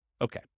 Okay